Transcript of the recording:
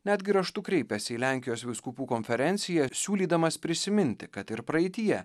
netgi raštu kreipėsi į lenkijos vyskupų konferenciją siūlydamas prisiminti kad ir praeityje